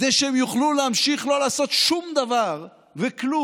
כדי שהם יוכלו להמשיך לא לעשות שום דבר וכלום.